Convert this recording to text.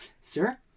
Sir